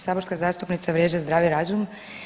Saborska zastupnica vrijeđa zdravi razum.